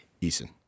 Eason